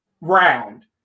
round